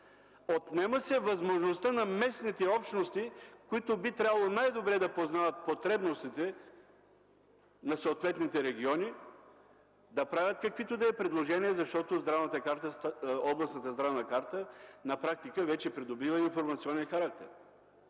Отнема се възможността на местните общности, които би трябвало най-добре да познават потребностите на съответните региони, да правят каквито и да е предложения, защото областната здравна карта на практика вече придобива информационен характер.